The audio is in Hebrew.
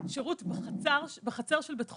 שירות בחצר של בית החולים.